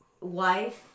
wife